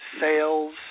Sales